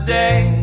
day